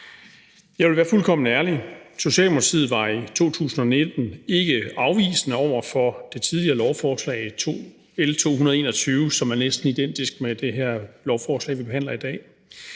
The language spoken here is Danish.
Jeg vil være fuldkommen ærlig og sige, at Socialdemokratiet i 2019 ikke var afvisende over for det tidligere lovforslag L 221, som er næsten identisk med det her lovforslag, vi behandler i dag.